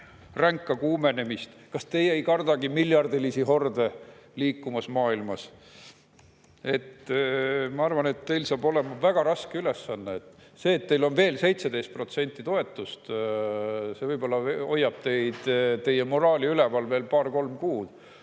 ränka kuumenemist, kas teie ei kardagi miljardilisi horde liikumas maailmas? Ma arvan, et teil on ees väga raske ülesanne. See, et teil on veel 17% toetust, hoiab võib-olla teie moraali üleval veel paar-kolm kuud.